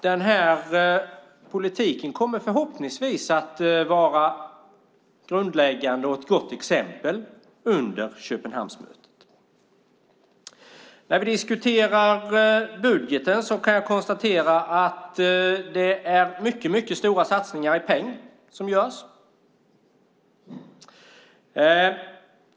Den här politiken kommer förhoppningsvis att vara ett grundläggande och gott exempel under Köpenhamnsmötet. När det gäller budgeten kan jag konstatera att det är mycket stora satsningar i pengar som görs.